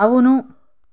అవును